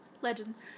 Legends